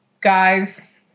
Guys